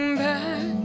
back